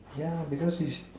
yeah because is